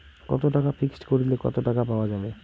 কত টাকা ফিক্সড করিলে কত টাকা পাওয়া যাবে?